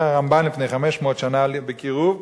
אומר הרמב"ן לפני 500 שנה בקירוב,